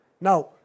Now